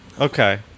Okay